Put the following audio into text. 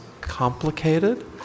complicated